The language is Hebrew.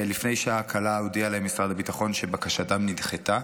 לפני שעה קלה הודיע להם משרד הביטחון שבקשתם נדחתה.